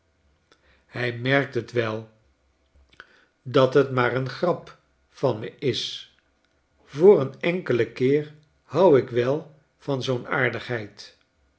hij merkt t wel dat t maar n grap van me is voor n enkelen keer hou k wel van zoo'n aardigheid